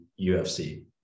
UFC